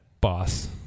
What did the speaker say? boss